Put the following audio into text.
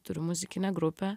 turiu muzikinę grupę